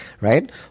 right